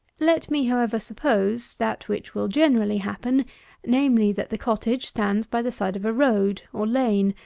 let me, however, suppose that which will generally happen namely, that the cottage stands by the side of a road, or lane,